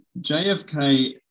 JFK